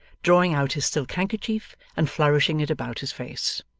drawing out his silk handkerchief and flourishing it about his face.